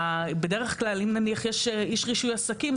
בדרך כלל אם נניח יש איש רישוי עסקים,